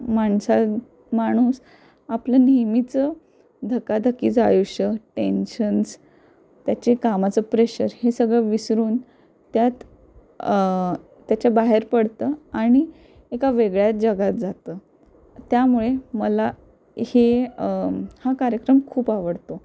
माणसा माणूस आपलं नेहमीचं धकाधकीचं आयुष्य टेन्शन्स त्याचे कामाचं प्रेशर हे सगळं विसरून त्यात त्याच्या बाहेर पडतं आणि एका वेगळ्या जगात जातं त्यामुळे मला हे हा कार्यक्रम खूप आवडतो